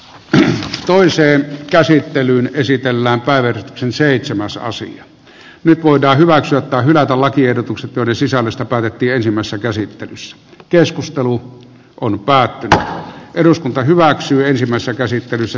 yhtä toiseen käsittelyyn esitellään kaikki seitsemän shasille nyt voidaan hyväksyä tai hylätä lakiehdotukset joiden sisällöstä päätettiin ensimmäisessä käsittelyssä keskustelu on päätetä eduskunta hyväksyisimmassa käsittelyssä